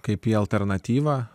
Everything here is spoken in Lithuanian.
kaip į alternatyva